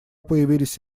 появились